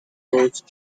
route